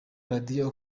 radio